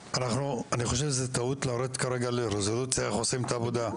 אני חושב שזו טעות לרדת כרגע לרזולוציה איך עושים את העבודה.